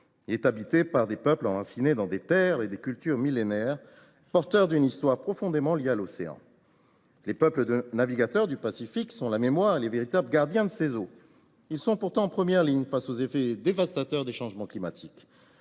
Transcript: il est habité par des peuples enracinés dans des terres et des cultures millénaires, porteurs d’une histoire qui lui est profondément liée. Les peuples de navigateurs du Pacifique sont la mémoire et les véritables gardiens de ces eaux. Ils sont pourtant en première ligne face aux effets dévastateurs des changements climatiques.